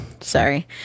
Sorry